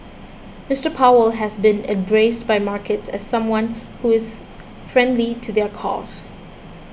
Mister Powell has been embraced by markets as someone who is friendly to their cause